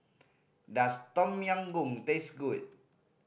does Tom Yam Goong taste good